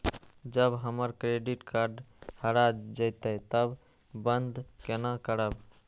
जब हमर credit card हरा जयते तब बंद केना करब?